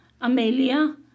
Amelia